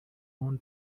own